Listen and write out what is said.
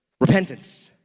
Repentance